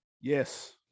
Yes